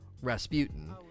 rasputin